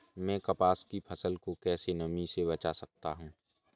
मैं कपास की फसल को कैसे नमी से बचा सकता हूँ?